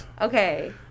Okay